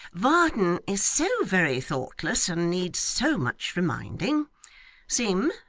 varden is so very thoughtless, and needs so much reminding sim,